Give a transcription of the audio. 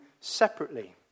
separately